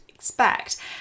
expect